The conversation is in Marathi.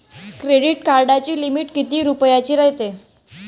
क्रेडिट कार्डाची लिमिट कितीक रुपयाची रायते?